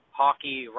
hockey